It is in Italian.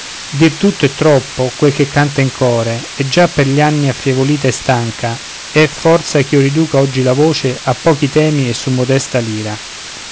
dir tutto è troppo quel che canta in core e già per gli anni affievolita e stanca è forza ch'io riduca oggi la voce a pochi temi e su modesta lira